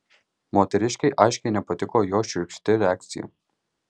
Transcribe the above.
moteriškei aiškiai nepatiko jo šiurkšti reakcija